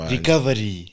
Recovery